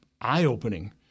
eye-opening